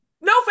No